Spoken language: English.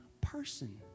person